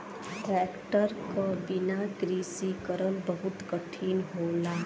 tractor क बिना कृषि करल बहुत कठिन होला